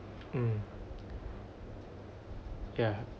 mm yeah